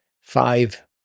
Five